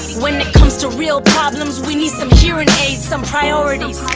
when it comes to real problems, we need some hearing aids. some priorities,